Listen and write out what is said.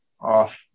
off